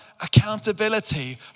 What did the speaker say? accountability